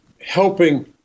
Helping